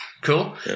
Cool